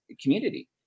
community